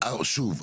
לא, שוב.